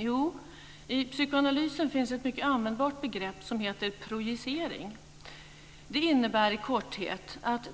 Jo, i psykoanalysen finns ett mycket användbart begrepp som heter projicering. Det innebär i korthet att